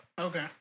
Okay